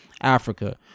africa